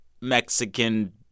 Mexican